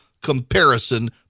comparison